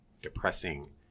depressing